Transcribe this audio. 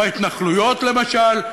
בהתנחלויות למשל,